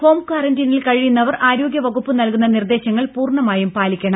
home ക്വാറന്റീനിൽ കഴിയുന്നവർ ആരോഗ്യവകുപ്പ് നൽകുന്ന നിർദ്ദേശങ്ങൾ പൂർണ്ണമായും പാലിക്കണം